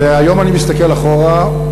והיום אני מסתכל אחורה,